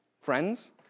friends